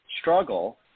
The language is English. struggle